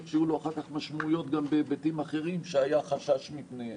שיהיו לו אחר כך משמעויות בכל מיני היבטים אחרים שהיה חשש מפניהם.